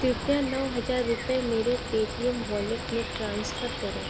कृपया नौ हज़ार रुपये मेरे पेटीएम वॉलेट में ट्रांसफर करें